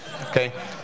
okay